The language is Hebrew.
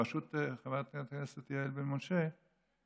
בראשות חברת הכנסת יעל רון בן משה,